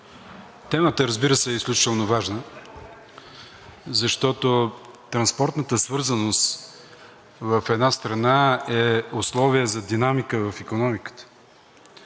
темата, разбира се, е изключително важна, защото транспортната свързаност в една страна е условие за динамика в икономиката.